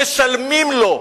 משלמים לו.